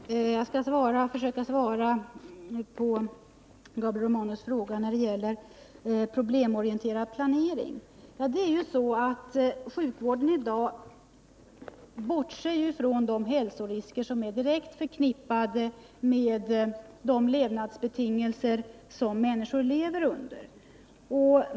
Herr talman! Jag skall bara försöka svara på Gabriel Romanus fråga om problemorienterad planering. I dagens sjukvård bortser man från de hälsorisker som är direkt förknippade med de levnadsbetingelser som människor lever under.